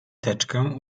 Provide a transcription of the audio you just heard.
teczkę